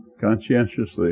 conscientiously